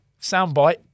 Soundbite